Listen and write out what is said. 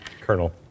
Colonel